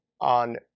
on